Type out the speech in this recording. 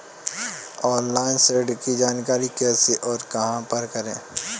Online ऋण की जानकारी कैसे और कहां पर करें?